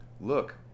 look